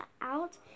out